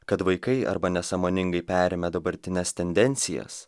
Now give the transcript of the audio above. kad vaikai arba nesąmoningai perėmė dabartines tendencijas